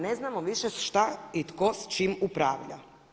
Ne znamo više šta i tko s čim upravlja.